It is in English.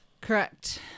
Correct